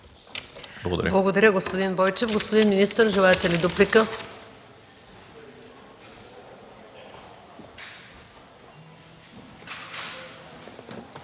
МАНОЛОВА: Благодаря, господин Бойчев. Господин министър, желаете ли дуплика?